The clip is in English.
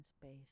space